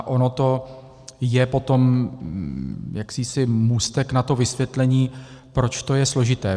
Ono to je potom jaksi můstek na to vysvětlení, proč to je složité.